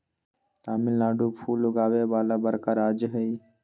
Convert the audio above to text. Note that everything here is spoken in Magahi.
तमिलनाडु फूल उगावे वाला बड़का राज्य हई